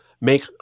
make